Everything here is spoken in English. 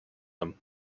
them